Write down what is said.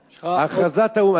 יש לך עוד 13 שניות.